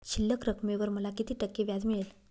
शिल्लक रकमेवर मला किती टक्के व्याज मिळेल?